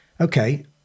okay